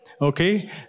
Okay